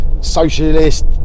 socialist